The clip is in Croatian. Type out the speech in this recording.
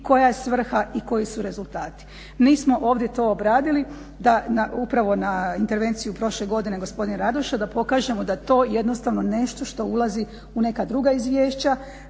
koja je svrha i koji su rezultati. Nismo ovdje to obradili da upravo na intervenciju prošle godine gospodine Radoš da pokažemo da to jednostavno nešto što ulazi u neka druga izvješća,